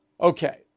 Okay